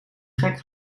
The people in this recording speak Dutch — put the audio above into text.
gek